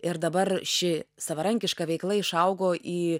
ir dabar ši savarankiška veikla išaugo į